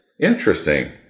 Interesting